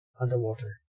underwater